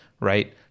right